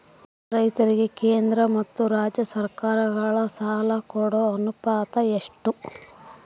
ರೈತರಿಗೆ ಕೇಂದ್ರ ಮತ್ತು ರಾಜ್ಯ ಸರಕಾರಗಳ ಸಾಲ ಕೊಡೋ ಅನುಪಾತ ಎಷ್ಟು?